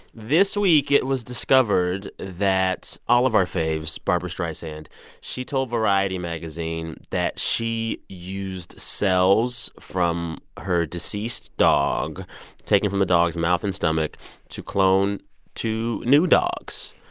this week, it was discovered that all of our faves barbra streisand she told variety magazine that she used cells from her deceased dog taken from the dog's mouth and stomach to clone two new dogs.